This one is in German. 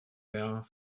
mär